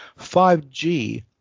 5g